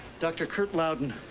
dr. kurt lowden.